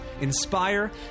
inspire